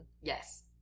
Yes